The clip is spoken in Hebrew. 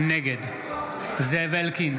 נגד זאב אלקין,